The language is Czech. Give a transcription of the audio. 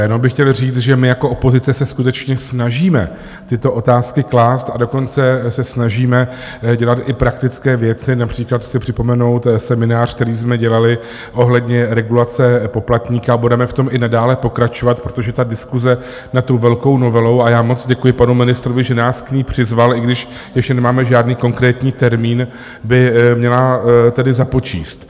Jenom bych chtěl říct, že my jako opozice se skutečně snažíme tyto otázky klást, a dokonce se snažíme dělat i praktické věci, například chci připomenout seminář, který jsme dělali ohledně regulace poplatníka, a budeme v tom i nadále pokračovat, protože ta diskuse nad tou velkou novelou a já moc děkuji panu ministrovi, že nás k ní přizval, i když ještě nemáme žádný konkrétní termín by měla tedy započít.